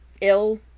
ill